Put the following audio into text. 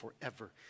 forever